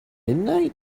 midnight